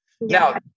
Now